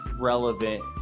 relevant